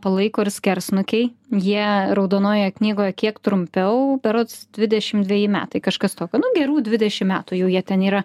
palaiko ir skerssnukiai jie raudonoje knygoje kiek trumpiau berods dvidešim dveji metai kažkas tokio nu gerų dvidešim metų jau jie ten yra